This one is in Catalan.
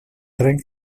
tren